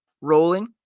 rolling